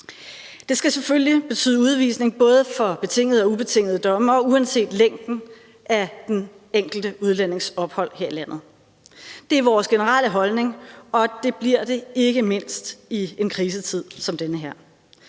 Det skal selvfølgelig betyde udvisning både for betingede og ubetingede domme og uanset længden af den enkelte udlændings ophold her i landet. Det er vores generelle holdning, og det er det ikke mindst i en krisetid som den her.